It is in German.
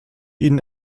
ihnen